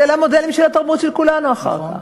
אלה המודלים של התרבות של כולנו אחר כך.